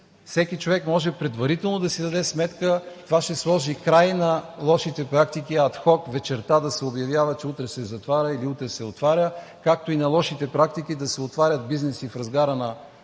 всеки човек може предварително да си даде сметка. Това ще сложи край на лошите практики ад хок – вечерта да се обявява, че утре се затваря или утре се отваря, както и на лошите практики да се отварят бизнеси в разгара на вълната